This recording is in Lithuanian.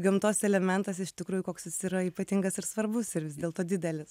gamtos elementas iš tikrųjų koks jis yra ypatingas ir svarbus ir vis dėlto didelis